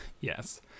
yes